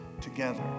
Together